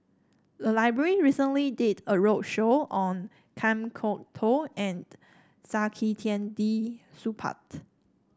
the library recently did a roadshow on Kan Kwok Toh and Saktiandi Supaat